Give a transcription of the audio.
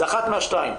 זה אחת מהשתיים,